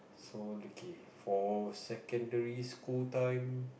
so okay for secondary school time